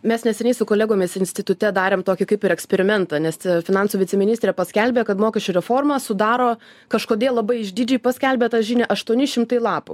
mes neseniai su kolegomis institute darėm tokį kaip ir eksperimentą nes finansų viceministrė paskelbė kad mokesčių reformą sudaro kažkodėl labai išdidžiai paskelbė tą žinią aštuoni šimtai lapų